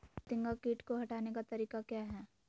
फतिंगा किट को हटाने का तरीका क्या है?